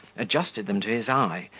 adjusted them to his eye,